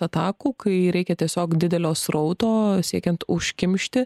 atakų kai reikia tiesiog didelio srauto siekiant užkimšti